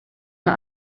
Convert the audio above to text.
mae